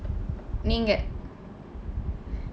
நீங்க :niingka